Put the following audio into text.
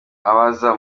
ababaza